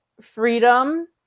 freedom